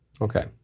Okay